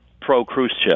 pro-Khrushchev